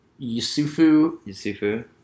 Yusufu